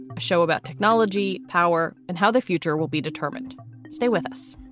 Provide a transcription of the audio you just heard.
a show about technology, power and how the future will be determined. stay with us